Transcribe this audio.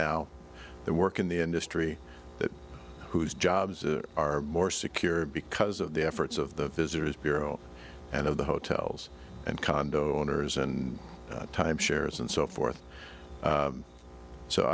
now that work in the industry that whose jobs are more secure because of the efforts of the visitors bureau and of the hotels and condo owners and timeshares and so forth